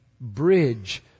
bridge